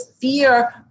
fear